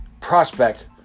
prospect